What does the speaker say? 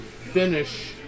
finish